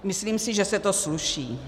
Myslím si, že se to sluší.